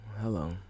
hello